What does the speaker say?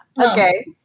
Okay